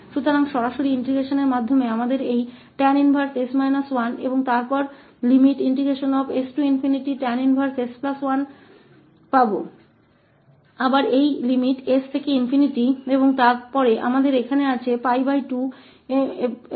तो प्रत्यक्ष एकीकरण से हमारे पास इस tan 1 और उसके बाद सीमा stan 1s1 को फिर से सीमा इस 𝑠 से ∞ और फिर हम यहाँ है 2 और tan 1